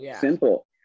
simple